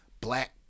black